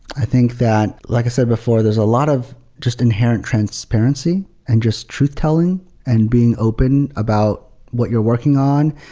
i think that like i said before, there's a lot of just inherent transparency and just truth-telling and being open about what you're working on.